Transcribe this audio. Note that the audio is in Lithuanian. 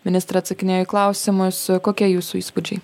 ministrė atsakinėjo į klausimus kokie jūsų įspūdžiai